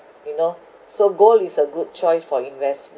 you know so gold is a good choice for investment